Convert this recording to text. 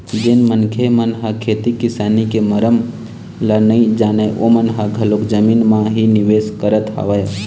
जेन मनखे मन ह खेती किसानी के मरम ल नइ जानय ओमन ह घलोक जमीन म ही निवेश करत हवय